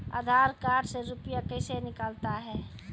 आधार कार्ड से रुपये कैसे निकलता हैं?